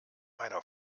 meiner